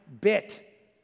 bit